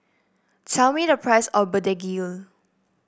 tell me the price of begedil